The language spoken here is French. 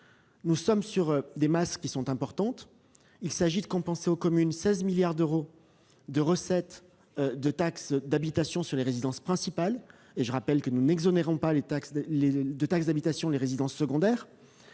les communes. Les masses sont importantes. Il s'agit de compenser aux communes 16 milliards d'euros de recettes de taxe d'habitation sur les résidences principales. Je rappelle que nous n'exonérons pas les résidences secondaires